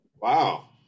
Wow